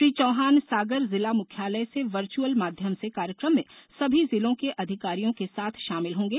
श्री चौहान सागर जिला मुख्यालय से वर्चअल माध्यम से कार्यक्रम में सभी जिलों के अधिकारियों के साथ शामिल होंगे